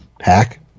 hack